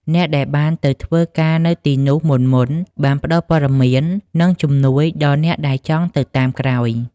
អ្នកដែលបានទៅធ្វើការនៅទីនោះមុនៗ បានផ្ដល់ព័ត៌មាន និងជំនួយដល់អ្នកដែលចង់ទៅតាមក្រោយ។